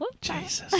Jesus